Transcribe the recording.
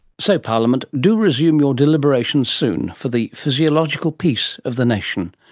so parliament, do resume your deliberations soon for the physiological peace of the nation.